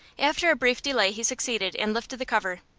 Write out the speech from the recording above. after a brief delay he succeeded, and lifted the cover.